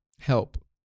help